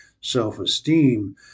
self-esteem